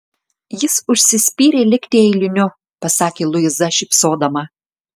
jis užsispyrė likti eiliniu pasakė luiza šypsodama